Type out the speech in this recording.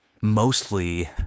mostly